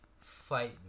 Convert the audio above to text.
fight